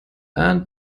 and